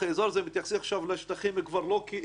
זה מתייחס לשטחים לא כאזור